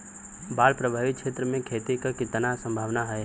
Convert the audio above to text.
बाढ़ प्रभावित क्षेत्र में खेती क कितना सम्भावना हैं?